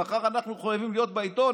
מחר אנחנו מחויבים להיות בעיתון,